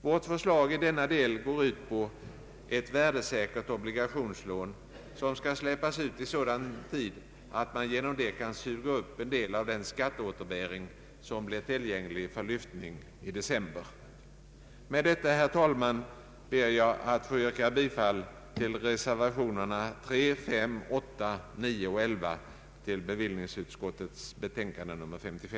Vårt förslag i denna del går ut på ett värdesäkert obligationslån, som skall släppas ut i sådan tid att man genom det kan suga upp en del av den skatteåterbäring som blir tillgänglig för lyftning i december. Med detta, herr talman, ber jag att få yrka bifall till reservationerna 3, 5, 8, 9 och 11i vid bevillningsutskottets betänkande nr 53.